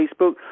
Facebook